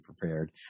prepared